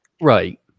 Right